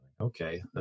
Okay